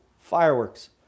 fireworks